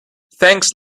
thanks